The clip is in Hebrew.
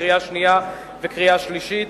לקריאה שנייה ולקריאה שלישית.